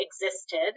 existed